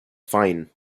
fine